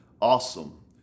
awesome